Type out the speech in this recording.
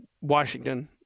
Washington